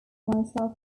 myself